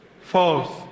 False